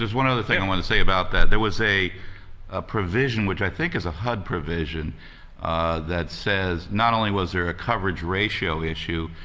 one other thing i want to say about that. there was a provision which i think is a hud provision that says not only was there a coverage ratio issue,